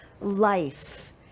life